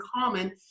common